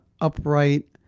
upright